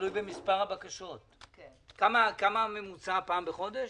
כמה הממוצע, פעם בחודש?